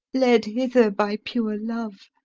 led hither by pure love.